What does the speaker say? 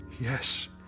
Yes